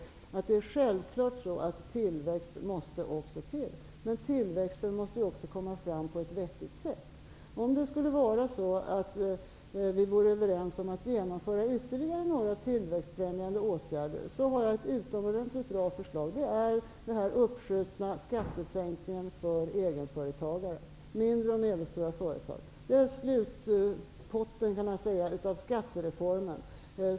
Det är självklart att det måste även finnas tillväxt. Men tillväxten måste också ske på ett vettigt sätt. Om vi skulle komma överens om att genomföra några ytterligare tillväxtfrämjande åtgärder, har jag ett utomordentligt bra förslag. Det gäller den uppskjutna skattesänkningen för egenföretagare - mindre och medelstora företag. Det här gäller slutpotten av skattereformen.